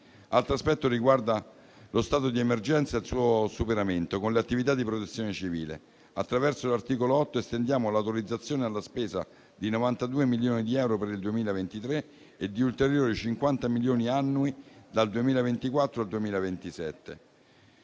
altro aspetto riguarda lo stato di emergenza e il suo superamento con le attività di protezione civile. Attraverso l'articolo 8 estendiamo l'autorizzazione alla spesa di 92 milioni di euro per il 2023 e di ulteriori 50 milioni annui dal 2024 al 2027.